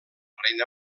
reina